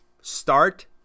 Start